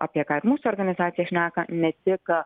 apie ką ir mūsų organizacija šneka ne tik